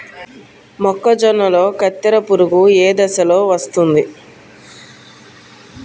మొక్కజొన్నలో కత్తెర పురుగు ఏ దశలో వస్తుంది?